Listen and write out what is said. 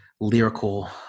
lyrical